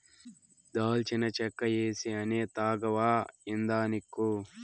దాల్చిన చెక్క ఏసీ అనే తాగవా ఏందానిక్కు